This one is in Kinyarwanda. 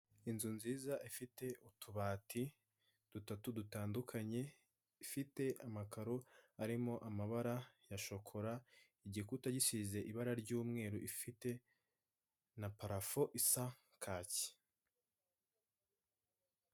Inzu nziza ifite utubati dutatu dutandukanye, ifite amakaro arimo amabara ya shokora igikuta gisize ibara ry' umweru, ifite na parafo isa kaki.